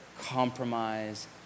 compromise